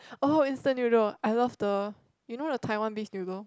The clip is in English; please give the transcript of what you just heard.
oh instant noodle I love the you know the Taiwan beef noodle